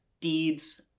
deeds